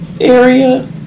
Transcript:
area